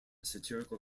satirical